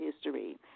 history